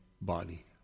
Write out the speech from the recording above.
body